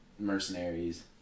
mercenaries